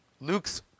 Luke's